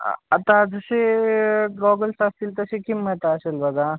आ आता जसे गॉगल्स असतील तशी किंमत असेल बघा